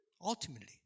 ultimately